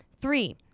Three